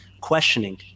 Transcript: questioning